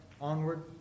onward